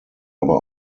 aber